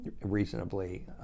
reasonably